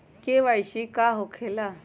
KYC का हो के ला?